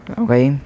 okay